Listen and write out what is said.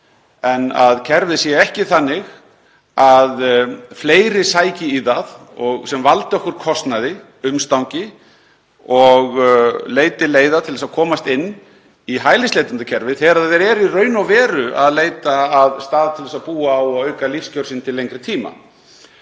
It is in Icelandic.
smíðað en sé ekki þannig að fleiri sæki í það, sem veldur okkur kostnaði og umstangi, og leiti leiða til að komast inn í hælisleitendakerfið þegar þeir eru í raun og veru að leita að stað til að búa á og bæta lífskjör sín til lengri tíma.